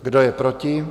Kdo je proti?